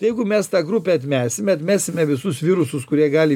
jeigu mes tą grupę atmesime atmesime visus virusus kurie gali